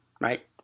Right